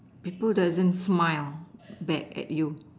people doesn't smile back at you